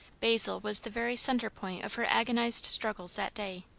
basil was the very centre-point of her agonized struggles that day.